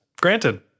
granted